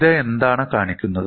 ഇത് എന്താണ് കാണിക്കുന്നത്